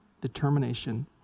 determination